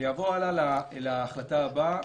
אני אעבור הלאה להחלטה הבאה,